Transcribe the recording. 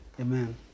Amen